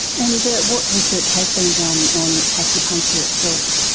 and what research has been done on acupuncture itself?